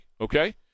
okay